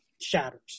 shatters